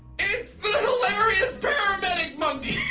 it's the hilarious paramedic monkeys!